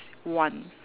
one